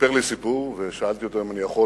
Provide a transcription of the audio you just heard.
סיפר לי סיפור, ושאלתי אותו אם אני יכול